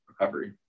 recovery